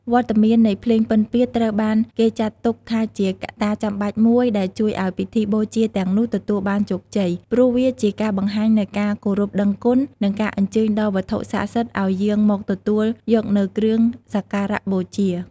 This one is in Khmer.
វត្តមាននៃភ្លេងពិណពាទ្យត្រូវបានគេចាត់ទុកថាជាកត្តាចាំបាច់មួយដែលជួយឱ្យពិធីបូជាទាំងនោះទទួលបានជោគជ័យ ព្រោះវាជាការបង្ហាញនូវការគោរពដឹងគុណ និងការអញ្ជើញដល់វត្ថុស័ក្តិសិទ្ធិឱ្យយាងមកទទួលយកនូវគ្រឿងសក្ការបូជា។